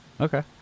Okay